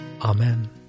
Amen